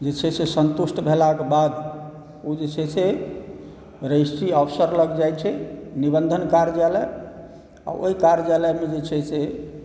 जे छै से सन्तुष्ट भेलाक बाद ओ जे छै से रजिस्ट्री ऑफिसर लग जाइ छै निबन्धन कार्यालय आओर ओहि कार्यालयमे जे छै से